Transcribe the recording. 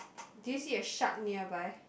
do you see a shark nearby